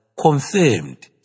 confirmed